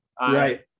Right